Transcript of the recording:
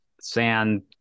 sand